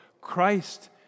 Christ